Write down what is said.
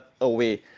away